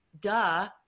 duh